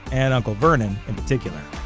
and uncle vernon in particular.